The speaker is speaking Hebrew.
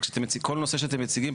כל נושא שאתם מציגים,